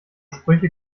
sprüche